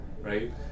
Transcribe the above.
Right